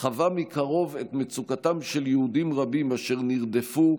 חווה מקרוב את מצוקתם של יהודים רבים אשר נרדפו,